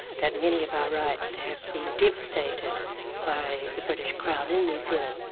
that many of our rights have been devastated by the british crown in new zealand.